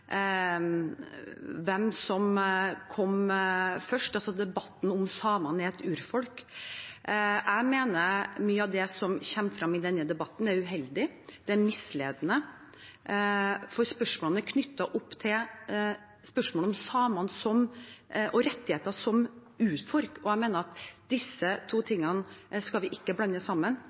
hvem som kom først, altså debatten om samene er et urfolk. Jeg mener mye av det som kommer frem i denne debatten, er uheldig. Det er misledende for spørsmålene knyttet opp til samenes rettigheter som urfolk. Jeg mener at disse to tingene ikke skal